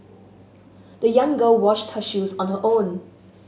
the young girl washed her shoes on her own